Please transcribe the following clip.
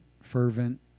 fervent